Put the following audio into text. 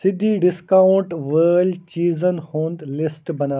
سِدھی discount وٲلۍ چیٖزن ہُنٛد لِسٹ بناو